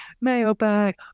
mailbag